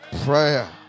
Prayer